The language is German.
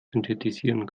synthetisieren